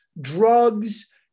drugs